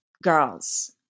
girls